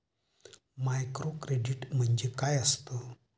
Microcredit म्हणजे काय असतं?